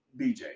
BJ